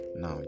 now